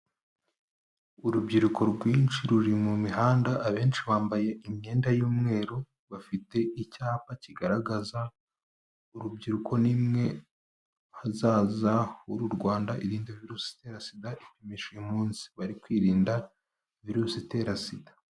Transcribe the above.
Urubyiruko rwinshi ruri mu mihanda, abenshi bambaye imyenda y'umweru. Bafite icyapa kigaragaza, urubyiruko nimwe hazaza h'uru Rwanda irinde virusi itera sida, ipisha uyu munsi. Bari kwirinda virusi itera sida.